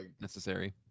necessary